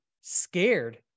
scared